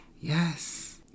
Yes